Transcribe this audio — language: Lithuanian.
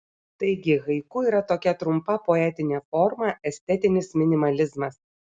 taigi haiku yra tokia trumpa poetinė forma estetinis minimalizmas